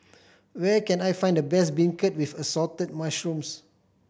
where can I find the best beancurd with Assorted Mushrooms